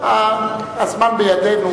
הזמן בידינו,